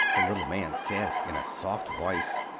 the little man said, in a soft voice,